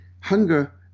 hunger